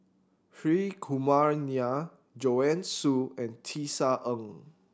Hri Kumar Nair Joanne Soo and Tisa Ng